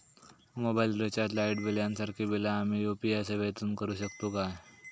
Mobile recharge, light bill यांसारखी बिला आम्ही यू.पी.आय सेवेतून करू शकतू काय?